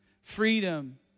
freedom